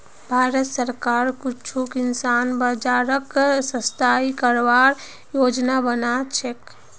भारत सरकार कुछू किसान बाज़ारक स्थाई करवार योजना बना छेक